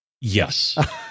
Yes